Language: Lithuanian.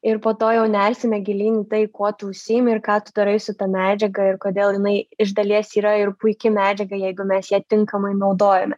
ir po to jau nersime gilyn į tai kuo tu užsiimi ir ką tu darai su ta medžiaga ir kodėl jinai iš dalies yra ir puiki medžiaga jeigu mes ją tinkamai naudojome